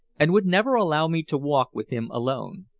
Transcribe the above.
and would never allow me to walk with him alone.